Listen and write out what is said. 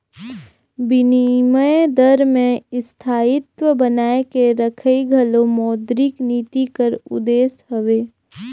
बिनिमय दर में स्थायित्व बनाए के रखई घलो मौद्रिक नीति कर उद्देस हवे